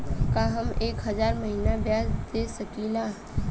का हम एक हज़ार महीना ब्याज दे सकील?